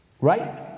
Right